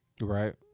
Right